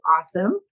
awesome